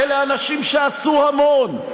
אלה אנשים שעשו המון,